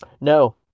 No